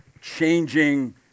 changing